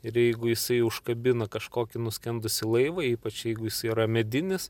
ir jeigu jisai užkabino kažkokį nuskendusį laivą ypač jeigu jis yra medinis